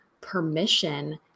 permission